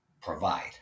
provide